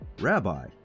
Rabbi